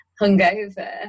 hungover